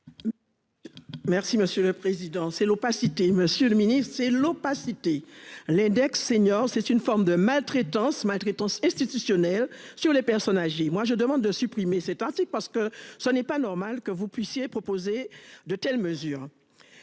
Merci monsieur le président, c'est l'opacité. Monsieur le Ministre, c'est l'opacité l'index senior. C'est une forme de maltraitance maltraitance institutionnelle sur les personnes âgées. Moi, je demande de supprimer cet article parce que ce n'est pas normal que vous puissiez proposer de telles mesures.